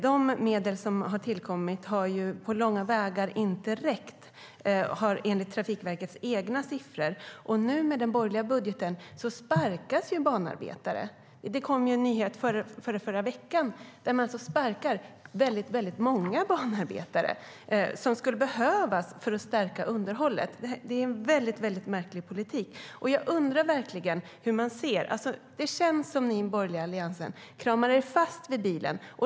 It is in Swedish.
De medel som har tillkommit har inte räckt på långa vägar, enligt Trafikverkets egna siffror. Med den borgerliga budgeten sparkas ju banarbetare. Det kom en nyhet förra veckan om att man sparkar väldigt många banarbetare, som skulle behövas för att stärka underhållet. Det är en väldigt märklig politik. Jag undrar verkligen hur man ser på det här. Det känns som att ni i den borgerliga alliansen kramar fast er vid bilen.